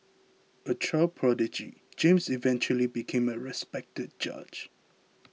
a child prodigy James eventually became a respected judge